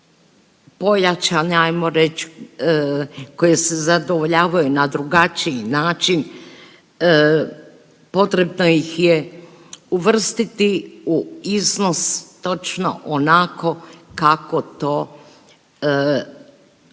pojačane, ajmo reći, koje se zadovoljavaju na drugačiji način, potrebno ih je uvrstiti u iznos točno onako kako to,